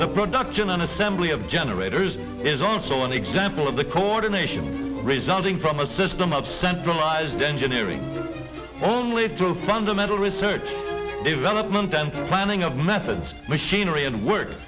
the production an assembly of generators is also an example of the coordination resulting from a system of centralized engineering only through fundamental research development and planning of methods machinery and work